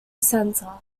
center